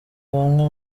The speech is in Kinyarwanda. bamwe